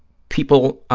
people